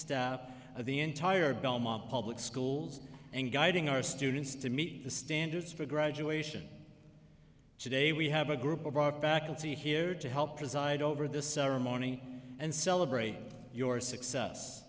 of the entire belmont public schools and guiding our students to meet the standards for graduation today we have a group of brought back and see here to help preside over the ceremony and celebrate your success